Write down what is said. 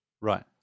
Right